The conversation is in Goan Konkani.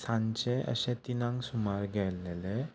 सांचें अशे तिनांक सुमार गेल्लेले